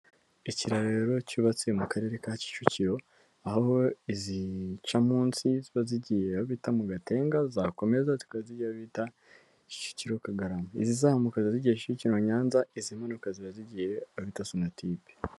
Ikiraro cyubatse mu karere ka Kicukiro, aho izica munsi, ziba zigiye aho bita mu Gatenga, zakomeza ziba zigiye aho bita Kicukiro kagarama, izizamuka ziba zigiye Kicukiro Nyanza, izi manuka ziba zigiye aho bita Sonatibe.